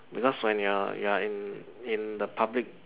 because when you're you're in in the public